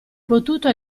potuto